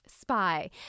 spy